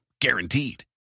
guaranteed